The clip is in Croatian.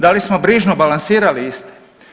Da li smo brižno balansirali iste?